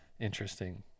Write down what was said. interesting